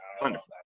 Wonderful